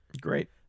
Great